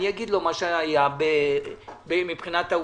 אני אגיד לו מה שהיה מבחינת העובדות.